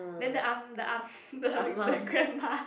then the arm the arm the the grandma